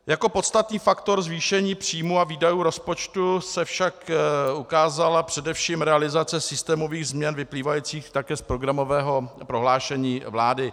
Jako podstatný faktor zvýšení příjmů a výdajů rozpočtu se však ukázala především realizace systémových změn vyplývajících také z programového prohlášení vlády.